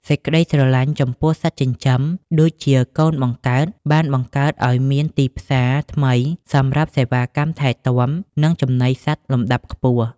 សេចក្ដីស្រឡាញ់ចំពោះ "សត្វចិញ្ចឹម" ដូចជាកូនបង្កើត បានបង្កើតឱ្យមានទីផ្សារថ្មីសម្រាប់សេវាកម្មថែទាំ និងចំណីសត្វលំដាប់ខ្ពស់។